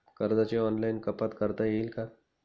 कर्जाची ऑनलाईन कपात करता येईल का?